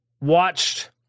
watched